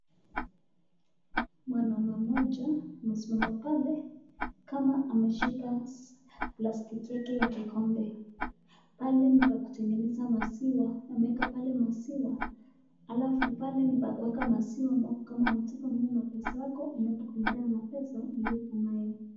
Mwanaume moja amesimama pale kama ameshika plastiki yake ya kikombe ,pale ni pa kutengeneza maziwa, ameeka pale maziwa alafu pale ni pakuweka maziwa, kama unataka unaenda na pesa yako, kulingana na awesome uliyepo nayo.